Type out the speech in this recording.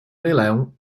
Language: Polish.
mylę